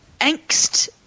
angst